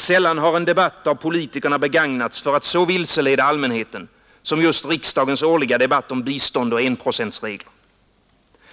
Sällan har en debatt av politikerna begagnats för att så vilseleda allmänheten, som just riksdagens årliga debatt om bistånd och enprocentsregler.